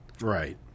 Right